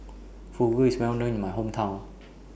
Fugu IS Well known in My Hometown